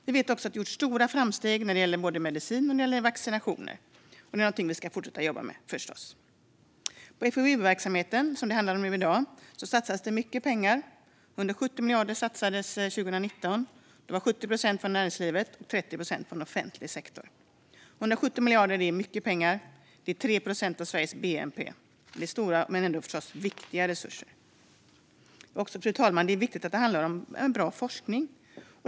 Vi vet också att det har gjorts stora framsteg i fråga om mediciner och vaccinationer. Det är något vi ska fortsätta att jobba med - förstås. I dag handlar det om FoU-verksamheten. Där satsas mycket pengar. 170 miljarder satsades 2019, varav 70 procent kom från näringslivet och 30 procent från offentlig sektor. 170 miljarder är mycket pengar - 3 procent av Sveriges bnp. Det är stora och viktiga resurser. Fru talman! Det är viktigt att det handlar om bra forskning.